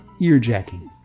earjacking